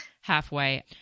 halfway